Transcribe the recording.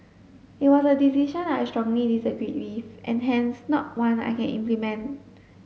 it was a decision I strongly disagreed with and hence not one I can implement